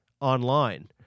online